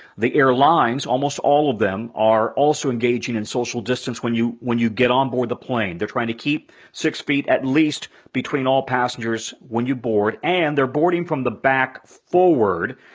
the airlines, almost all of them are also engaging in social distance when you when you get on board the plane. they're trying to keep six feet at least between all passengers when you board. and they're boarding from the back forward,